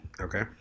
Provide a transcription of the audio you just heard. Okay